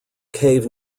cave